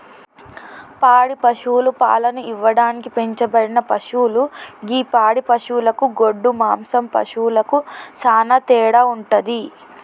పాడి పశువులు పాలను ఇవ్వడానికి పెంచబడిన పశువులు గి పాడి పశువులకు గొడ్డు మాంసం పశువులకు సానా తేడా వుంటది